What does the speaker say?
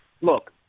look